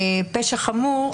פשע חמור,